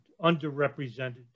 underrepresented